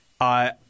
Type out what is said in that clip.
I-